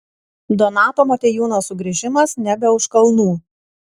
donato motiejūno sugrįžimas nebe už kalnų